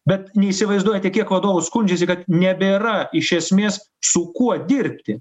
bet neįsivaizduojate kiek vadovų skundžiasi kad nebėra iš esmės su kuo dirbti